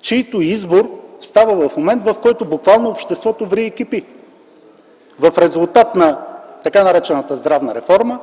чийто избор става в момент, в който буквално обществото ври и кипи, в резултат на така наречената здравна реформа